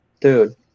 dude